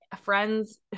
friends